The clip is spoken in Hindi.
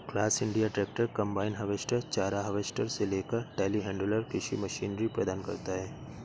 class India tractor, combine harvester, चारा हार्वेस्टर से लेकर टेलीहैंडलर कृषि मशीनरी प्रदान करता है